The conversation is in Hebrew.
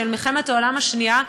של מלחמת העולם השנייה.